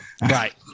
Right